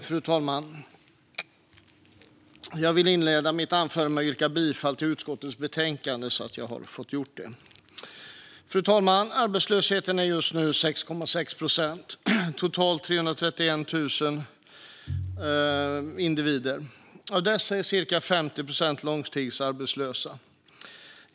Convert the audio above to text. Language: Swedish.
Fru talman! Jag vill inleda mitt anförande med att yrka bifall till förslagen i utskottets betänkande. Arbetslösheten är just nu 6,6 procent, totalt 331 000 individer. Av dessa är cirka 50 procent långtidsarbetslösa.